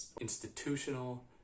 institutional